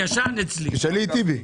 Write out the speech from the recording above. ישן אצלי...